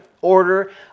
order